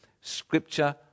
scripture